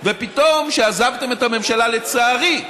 ופתאום, כשעזבתם את הממשלה, לצערי,